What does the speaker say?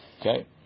Okay